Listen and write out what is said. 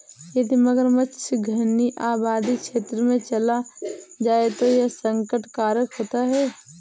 यदि मगरमच्छ घनी आबादी क्षेत्र में चला जाए तो यह संकट कारक होता है